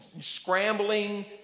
scrambling